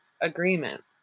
agreement